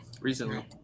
recently